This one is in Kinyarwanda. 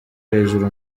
hejuru